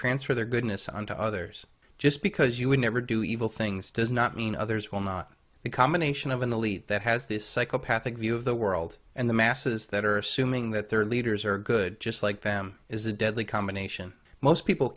transfer their goodness on to others just because you would never do evil things does not mean others will not the combination of an elite that has this psychopathic view of the world and the masses that are assuming that their leaders are good just like them is a deadly combination most people